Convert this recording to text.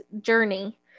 Journey